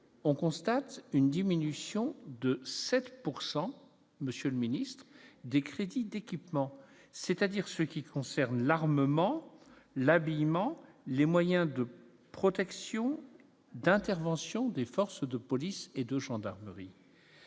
monsieur le Ministre des crédits d'équipement, c'est-à-dire ce qui concerne l'armement, l'habillement, les moyens de protection d'intervention des forces de police et de gendarmerie.